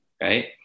Right